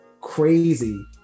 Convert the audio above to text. crazy